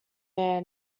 their